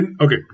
Okay